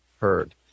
heard